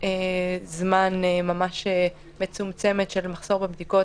זמן ממש מצומצמת ממש של מחסור בבדיקות,